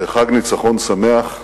בחג ניצחון שמח.